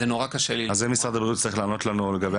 לגבי הנושא הזה, משרד הבריאות צריך לענות לנו.